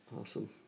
Awesome